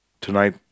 Tonight